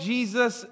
Jesus